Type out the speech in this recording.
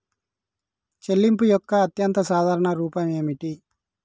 చెల్లింపు యొక్క అత్యంత సాధారణ రూపం ఏమిటి?